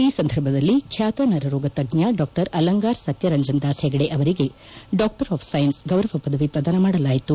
ಈ ಸಂದರ್ಭದಲ್ಲಿ ಖ್ಯಾತ ನರರೋಗ ತಜ್ಞ ಡಾ ಅಲಂಗಾರ್ ಸತ್ಯ ರಂಜನ್ದಾಸ್ ಹೆಗ್ಡೆ ಅವರಿಗೆ ಡಾಕ್ಟರ್ ಆಫ್ ಸ್ಟೆನ್ಸ್ ಗೌರವ ಪದವಿ ಪ್ರದಾನ ಮಾಡಲಾಯಿತು